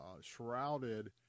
shrouded